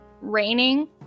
raining